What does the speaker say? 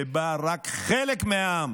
שרק חלק מהעם